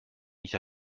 nicht